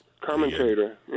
commentator